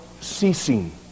ceasing